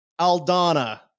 Aldana